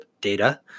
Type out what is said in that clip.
data